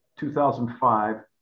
2005